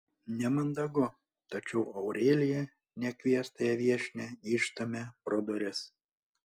nemandagu tačiau aurelija nekviestąją viešnią išstumia pro duris